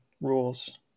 rules